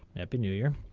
happy new year.